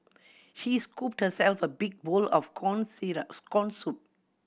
she scooped herself a big bowl of corn corn soup